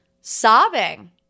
sobbing